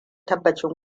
tabbacin